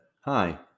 hi